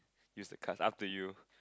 use the cards up to you